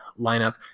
lineup